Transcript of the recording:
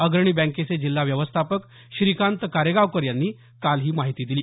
अग्रणी बँकेचे जिल्हा व्यवस्थापक श्रीकांत कारेगावकर यांनी काल ही माहिती दिली